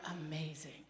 amazing